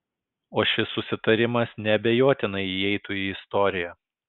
o šis susitarimas neabejotinai įeitų į istoriją